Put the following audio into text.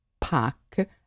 pack